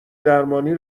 درمانی